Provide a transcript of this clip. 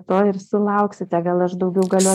to ir sulauksite gal aš daugiau galiu